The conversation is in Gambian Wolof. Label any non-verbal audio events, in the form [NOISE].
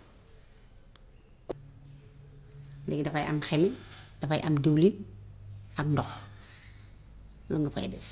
[NOISE] Léegi dafaay am xeme, dafaay am dëwlin ak ndox. Moom nga faay def.